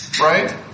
right